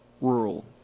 rural